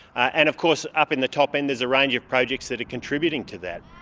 and of course, up in the top end there's a range of projects that are contributing to that.